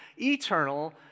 eternal